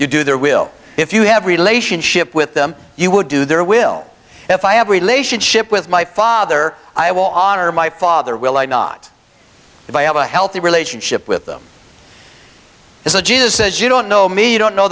you do their will if you have relationship with them you would do their will if i have a relationship with my father i will honor my father will i not if i have a healthy relationship with them is a jew says you don't know me you don't know